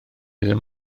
ddim